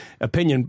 opinion